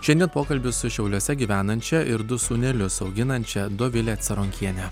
šiandien pokalbis su šiauliuose gyvenančia ir du sūnelius auginančia dovile caronkiene